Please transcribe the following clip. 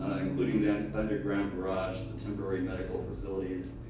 ah including the and underground garage, the temporary medical facilities,